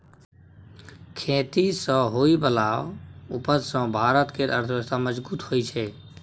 खेती सँ होइ बला उपज सँ भारत केर अर्थव्यवस्था मजगूत होइ छै